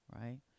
right